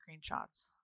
screenshots